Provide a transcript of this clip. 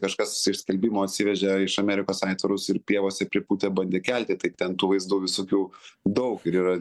kažkas iš skelbimo atsivežė iš amerikos aitvarus ir pievose pripūtė bandė kelti tai ten tų vaizdų visokių daug ir yra